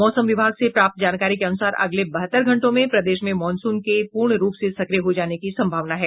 मौसम विभाग से प्राप्त जानकारी के अनुसार अगले बहत्तर घंटे में प्रदेश में मॉनसून के पूर्णरूप से सक्रिय हो जाने की संभावना है